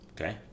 Okay